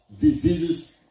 diseases